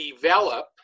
develop